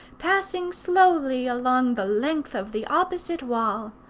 passing slowly along the length of the opposite wall.